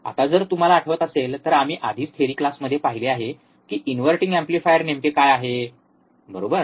आता जर तुम्हाला आठवत असेल तर आम्ही आधीच थेरी क्लासमध्ये पाहिले आहे की इनव्हर्टिंग एम्पलीफायर नेमके काय आहे बरोबर